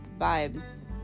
vibes